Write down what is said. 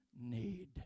need